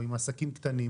או עם עסקים קטנים?